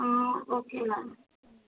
ah okay ma'am